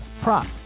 prop